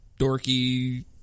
dorky